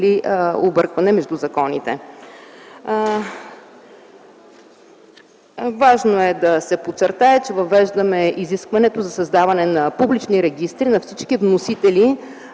Важно е да се подчертае, че въвеждаме изискването за създаване на публични регистри на всички вносители